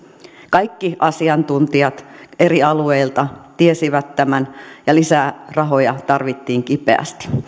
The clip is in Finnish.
kaikki asiantuntijat eri alueilta tiesivät tämän ja lisää rahoja tarvittiin kipeästi